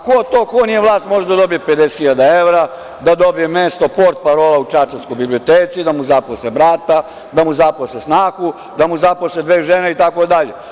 Ko to ko nije vlast može da dobije 50.000 evra, da dobije mesto portparola u čačanskoj biblioteci, da mu zaposle brata, da mu zaposle snahu, da mu zaposle dve žene, itd?